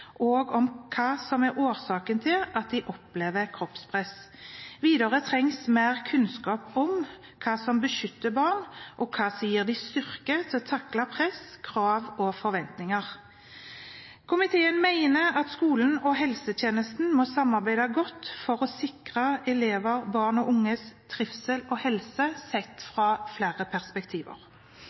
kunnskap om hva som beskytter barn, og hva som gir dem styrke til å takle press, krav og forventninger. Komiteen mener at skolen og helsetjenesten må samarbeide godt for å sikre elever, barn og unge trivsel og helse, sett fra flere perspektiver.